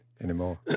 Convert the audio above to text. anymore